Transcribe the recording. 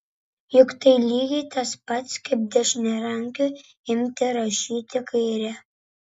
juk tai lygiai tas pats kaip dešiniarankiui imti rašyti kaire